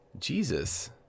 Jesus